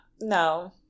no